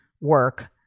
work